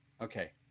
Okay